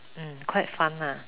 mm quite fun lah